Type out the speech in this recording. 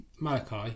Malachi